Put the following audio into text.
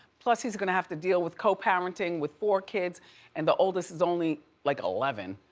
plus he's gonna have to deal with co-parenting with four kids and the oldest is only like, eleven.